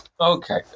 Okay